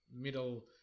middle